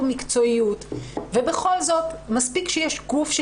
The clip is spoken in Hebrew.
מקצועיות אבל מספיק שיש פה גוף,